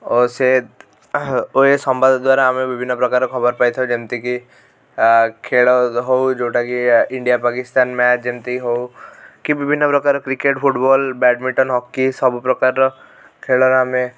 ଓ ସେ ଓ ଏ ସମ୍ବାଦ ଦ୍ୱାରା ଆମେ ବିଭିନ୍ନ ପ୍ରକାର ଖବର ପାଇ ଥାଉ ଯେମତି କି ଖେଳ ହଉ ଯେଉଁଟା କି ଇଣ୍ଡିଆ ପାକିସ୍ତାନ ମ୍ୟାଚ ଯେମତି ହଉ କି ବିଭିନ୍ନ ପ୍ରକାର କ୍ରିକେଟ୍ ଫୁଟବଲ୍ ବ୍ୟାଡ଼ମିଟନ୍ ହକି ସବୁପ୍ରକାରର ଖେଳ ଆମେ